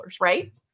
right